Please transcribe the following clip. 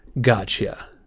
gotcha